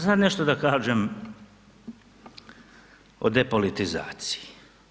Sad nešto da kažem o depolitizaciji.